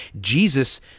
Jesus